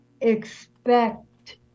expect